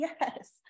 yes